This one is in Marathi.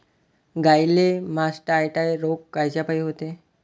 गाईले मासटायटय रोग कायच्यापाई होते?